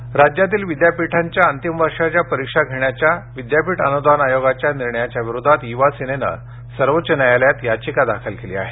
परीक्षा राज्यातील विद्यापीठांच्या अंतिम वर्षाच्या परीक्षा घेण्याच्या विद्यापीठ अनुदान आयोगाच्या निर्णयाविरोधात यूवा सेनेनं सर्वोच्च न्यायालयात याचिका दाखल केली आहे